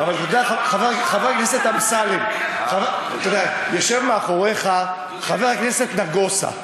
חבר הכנסת אמסלם, יושב מאחוריך חבר הכנסת נגוסה.